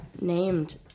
Named